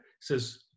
says